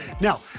Now